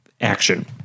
action